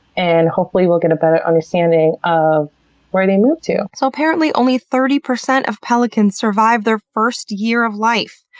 and hopefully we'll get a better understanding of where they move to. so apparently only thirty percent of pelicans survive their first year of life!